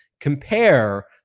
compare